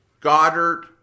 Goddard